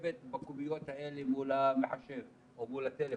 לשבת בקוביות האלה מול המחשב או מול הטלפון.